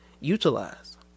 utilize